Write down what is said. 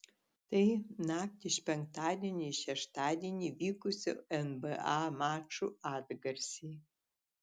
tai naktį iš penktadienio į šeštadienį vykusių nba mačų atgarsiai